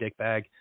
dickbag